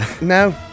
no